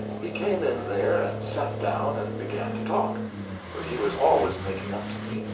he came in there and sat down and began to talk for he was always making up to me,